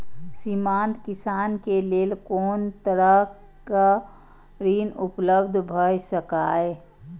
सीमांत किसान के लेल कोन तरहक ऋण उपलब्ध भ सकेया?